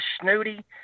snooty